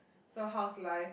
so how's life